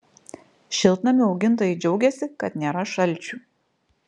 šiltnamių augintojai džiaugiasi kad nėra šalčių